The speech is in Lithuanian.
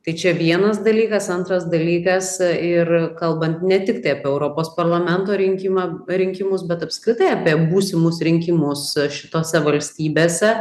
tai čia vienas dalykas antras dalykas ir kalbant ne tiktai apie europos parlamento rinkimą rinkimus bet apskritai apie būsimus rinkimus šitose valstybėse